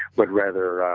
but rather